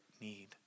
need